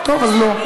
טוב, אז לא.